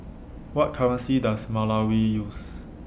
What currency Does Malawi use